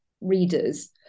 readers